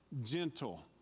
gentle